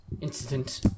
incident